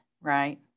right